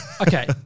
Okay